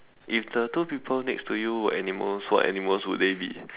if the two people next to you were animals what animals would they be